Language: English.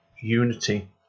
Unity